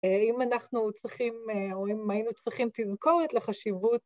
אם אנחנו צריכים, או אם היינו צריכים, תזכורת לחשיבות